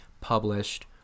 published